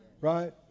Right